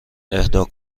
اهدا